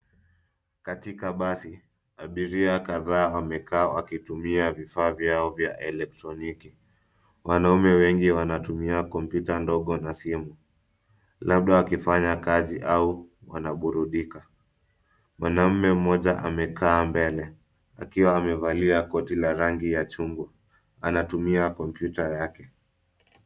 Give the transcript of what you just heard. Katika basi, abiria kadhaa wamekaa wakitumia vifaa vyao vya elektroniki. Wanaume wengi wanatumia kompyuta ndogo na simu. labda wakifanya kazi au wanaburudika. Mwanamume mmoja amekaa mbele akiwa amevalia koti la rangi ya chungwa anatumia kompyuta yake.